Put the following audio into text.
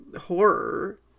horror